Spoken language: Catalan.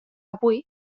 avui